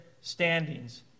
standings